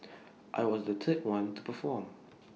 I was the third one to perform